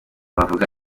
bavuga